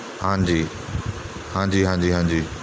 ਹਾਂਜੀ ਹਾਂਜੀ ਹਾਂਜੀ ਹਾਂਜੀ